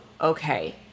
okay